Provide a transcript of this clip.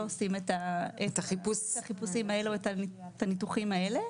עושים את החיפושים האלה ואת הניתוחים האלה.